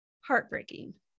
Heartbreaking